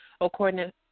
according